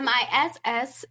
Miss